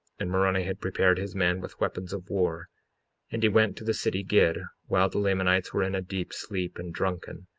and moroni had prepared his men with weapons of war and he went to the city gid, while the lamanites were in a deep sleep and drunken,